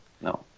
No